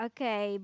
Okay